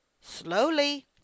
slowly